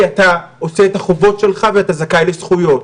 אנחנו עושים את החובות שלנו ואנחנו זכאים לזכויות.